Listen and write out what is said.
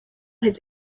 his